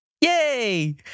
Yay